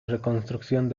reconstrucción